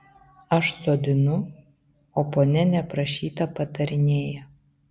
aš sodinu o ponia neprašyta patarinėja